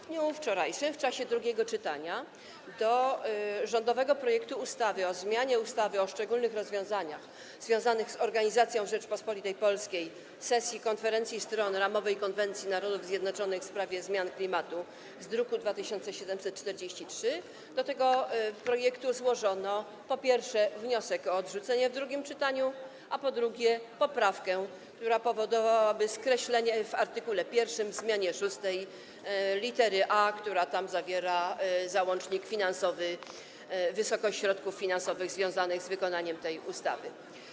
W dniu wczorajszym w czasie drugiego czytania do rządowego projektu ustawy o zmianie ustawy o szczególnych rozwiązaniach związanych z organizacją w Rzeczypospolitej Polskiej sesji Konferencji Stron Ramowej konwencji Narodów Zjednoczonych w sprawie zmian klimatu z druku nr 2743 złożono, po pierwsze, wniosek o odrzucenie w drugim czytaniu, a po drugie, poprawkę, która powodowałaby skreślenie w art. 1 w zmianie 6. lit. a, która dotyczy załącznika finansowego zawierającego wysokość środków finansowych związanych z wykonaniem tej ustawy.